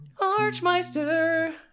Archmeister